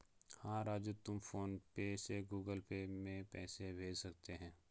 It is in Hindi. हां राजू तुम फ़ोन पे से गुगल पे में पैसे भेज सकते हैं